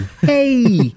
Hey